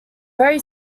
very